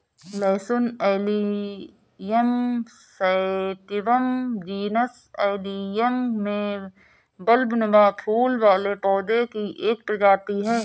लहसुन allium sativum genus allium में बल्बनुमा फूल वाले पौधे की एक प्रजाति है